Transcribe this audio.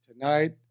Tonight